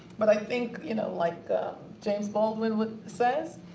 but i think. you know, like james baldwin would says,